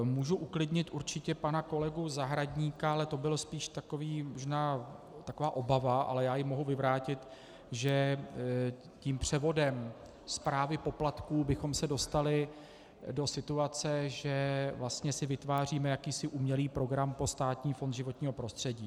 Můžu uklidnit určitě pana kolegu Zahradníka, ale to byla možná spíš taková obava, ale já ji mohu vyvrátit, že tím převodem správy poplatků bychom se dostali do situace, že si vlastně vytváříme jakýsi umělý program pro Státní fond životního prostředí.